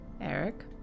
Eric